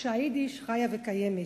שהיידיש חיה וקיימת.